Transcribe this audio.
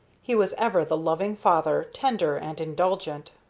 he was ever the loving father, tender and indulgent.